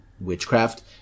witchcraft